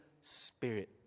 Spirit